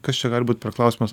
kas čia gali būt per klausimas